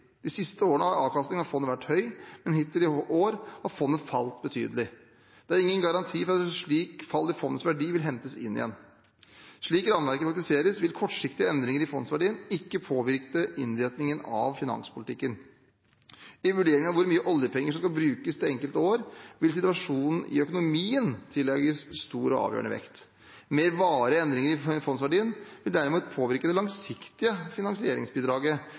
De siste årene har avkastningen av fondet vært høy, men hittil i år har fondet falt betydelig. Det er ingen garanti for at et slikt fall i fondets verdi vil hentes inn igjen. Slik rammeverket praktiseres, vil kortsiktige endringer i fondsverdien ikke påvirke innretningen av finanspolitikken. I vurderingen av hvor mye oljepenger som skal brukes i det enkelte år, vil situasjonen i økonomien tillegges stor og avgjørende vekt. Mer varige endringer i fondsverdien vil derimot påvirke det langsiktige finansieringsbidraget